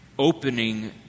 opening